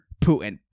Putin